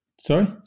Sorry